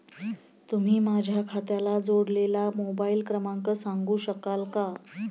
तुम्ही माझ्या खात्याला जोडलेला मोबाइल क्रमांक सांगू शकाल का?